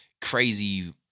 crazy